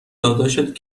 داداشت